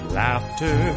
laughter